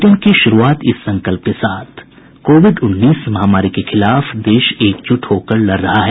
bulletin की शुरूआत से पहले ये संकल्प कोविड उन्नीस महामारी के खिलाफ देश एकजुट होकर लड़ रहा है